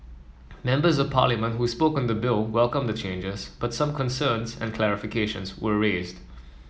members of parliament who spoke on the bill welcomed the changes but some concerns and clarifications were raised